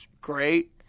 great